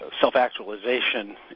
self-actualization